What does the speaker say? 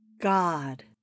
God